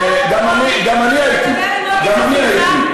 בניגוד אליך,